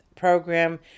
program